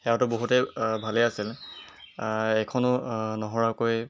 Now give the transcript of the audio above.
সেয়াওটো বহুতেই ভালেই আছিল এখনো নহৰাকৈ